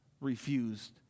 refused